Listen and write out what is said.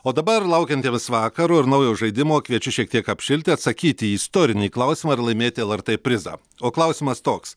o dabar laukiantiems vakaro ir naujo žaidimo kviečiu šiek tiek apšilti atsakyti į istorinį klausimą ir laimėti lrt prizą o klausimas toks